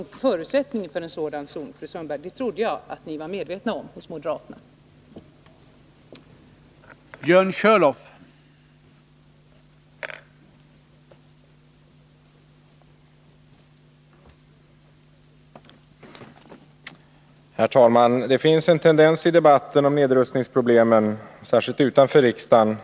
En förutsättning för en sådan zon är att en tvåvägsgaranti utställs, och det trodde jag, fru Sundberg, att ni moderater var medvetna om.